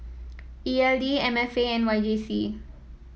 E L D M F A and Y J C